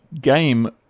game